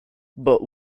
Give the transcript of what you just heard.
but